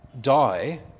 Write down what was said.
die